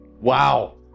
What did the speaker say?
Wow